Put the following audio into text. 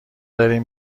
داریم